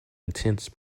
intense